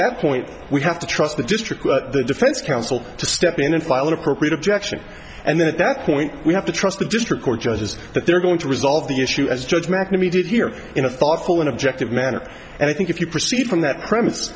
that point we have to trust the district but the defense counsel to step in and file an appropriate objection and then at that point we have to trust the district court judges that they're going to resolve the issue as judge mcnamee did here in a thoughtful and objective manner and i think if you proceed from that premise